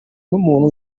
n’umuntu